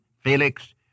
Felix